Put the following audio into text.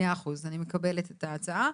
מאה אחוז, אני מקבלת את ההצעה.